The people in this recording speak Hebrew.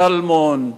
צלמון,